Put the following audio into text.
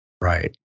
Right